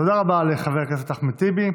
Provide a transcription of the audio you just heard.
תודה רבה לחבר הכנסת אחמד טיבי.